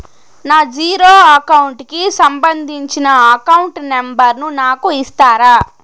నా zero account కి సంబంధించి అకౌంట్ నెంబర్ ను నాకు ఇస్తారా